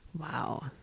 Wow